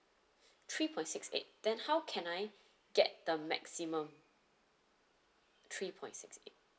three point six eight then how can I get the maximum three point six eight